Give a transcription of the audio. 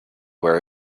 where